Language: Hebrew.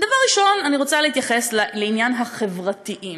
דבר ראשון, אני רוצה להתייחס לעניין ה"חברתיים".